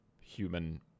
human